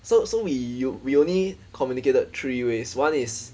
so so we we only communicated three ways one is